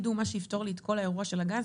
"הוא מה שיפתור לי את כל האירוע של הגז".